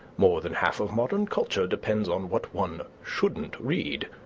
more than half of modern culture depends on what one shouldn't read.